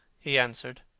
he answered.